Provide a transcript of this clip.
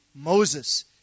Moses